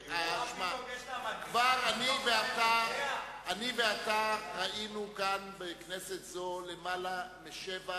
כבר אני ואתה ראינו כאן בכנסת זאת למעלה משבע ממשלות.